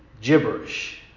gibberish